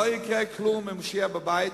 לא יקרה כלום אם הוא יישאר בבית,